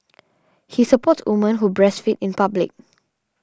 he supports women who breastfeed in public